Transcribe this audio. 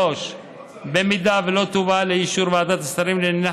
3. במידה שלא תובא לאישור ועדת השרים לענייני